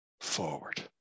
forward